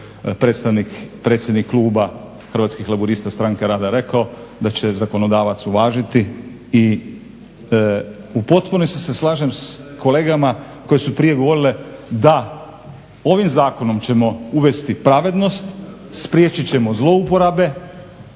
je isto predsjednik kluba Hrvatskih laburista-stranke rada rekao da će zakonodavac uvažiti. I u potpunosti se slažem s kolegama koji su prije govorili da ovim zakonom ćemo uvesti pravednost, spriječit ćemo zlouporabe